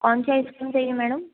कौन सी आइसक्रीम चाहिए मैडम